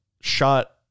shot